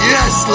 Yes